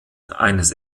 eines